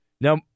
Now